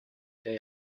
they